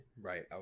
Right